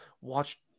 watch